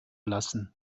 lassen